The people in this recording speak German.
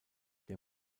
der